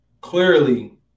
Clearly